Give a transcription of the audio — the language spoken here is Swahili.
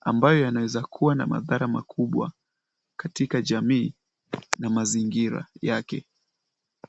ambayo yanaweza kuwa na mathara makubwa katika jamii na mazingira yake.